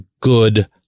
good